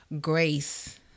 grace